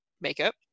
makeup